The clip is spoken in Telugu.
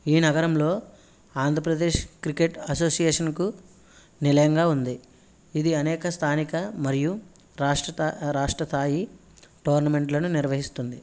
ఈ నగరంలో ఆంధ్రప్రదేశ్ క్రికెట్ అసోసియేషన్కు నిలయంగా ఉంది ఇది అనేక స్థానిక మరియు రాష్ట్రస్థాయి టోర్నమెంట్లను నిర్వహిస్తుంది